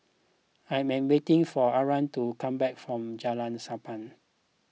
I am waiting for Ari to come back from Jalan Sappan